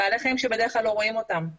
בעלי חיים שבדרך כלל לא רואים אותם